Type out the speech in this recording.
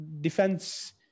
defense